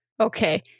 Okay